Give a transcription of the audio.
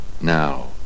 now